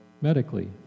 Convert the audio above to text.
medically